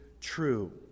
true